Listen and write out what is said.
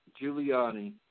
Giuliani